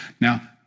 Now